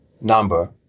number